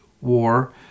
war